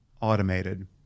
automated